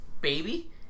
Baby